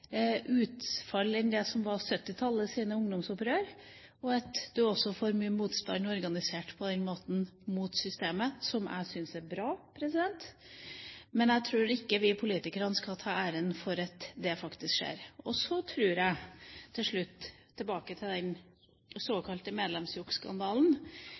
utfall i dag enn under 1970-tallets ungdomsopprør, og at man også får organisert mye motstand mot systemet på den måten, som jeg syns er bra. Men jeg tror ikke vi politikere skal ta æren for at det faktisk skjer. For til slutt å komme tilbake til den